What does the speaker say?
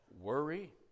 worry